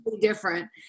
different